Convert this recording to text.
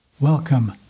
Welcome